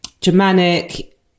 Germanic